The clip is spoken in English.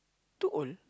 too old